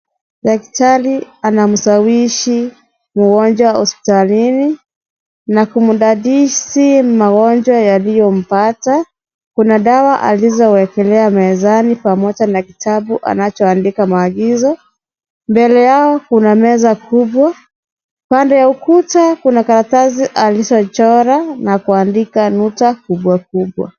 Daktari anamshawishi mgonjwa hospitalini na kumdadisi magonjwa yaliyompata. Kuna dawa alizowekelea mezani pamoja na kitabu anachoandika maagizo. Mbele yao kuna meza kubwa, pande ya ukuta kuna karatasi alizochora na kuandika nukta kubwa kubwa.